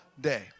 day